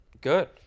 Good